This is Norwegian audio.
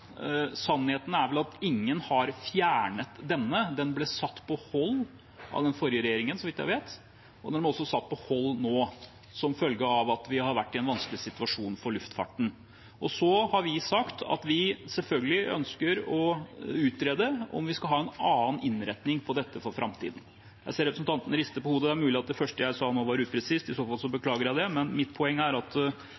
Sannheten er vel at ingen har fjernet denne; den ble satt på vent av den forrige regjeringen, så vidt jeg vet. Og den er også satt på vent nå, som følge av at vi har vært i en vanskelig situasjon for luftfarten. Vi har sagt at vi selvfølgelig ønsker å utrede om vi skal ha en annen innretning på dette for framtiden. Jeg ser at representanten rister på hodet; det er mulig at det første jeg sa nå, var upresist – i så fall